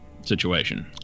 situation